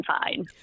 fine